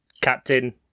Captain